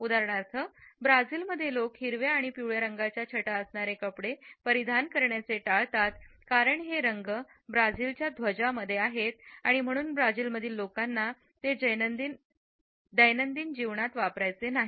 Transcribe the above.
उदाहरणार्थ ब्राझीलमध्ये लोक हिरव्या आणि पिवळ्या रंगाच्या छटा असणारे कपडे परिधान करण्याचे टाळतात कारण हे रंग आहेत ब्राझीलचा ध्वजामध्ये आहेत आणि म्हणून ब्राझीलमधील लोकांना ते दैनंदिन जीवनात वापरायचे नाही